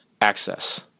Access